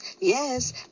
Yes